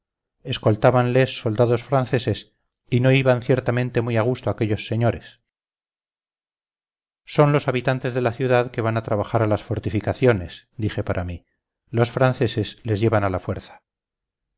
pico escoltábanles soldados franceses y no iban ciertamente muy a gusto aquellos señores son los habitantes de la ciudad que van a trabajar a las fortificaciones dije para mí los franceses les llevan a la fuerza